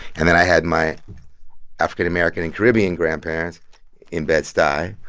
and then i had my african-american and caribbean grandparents in bed-stuy.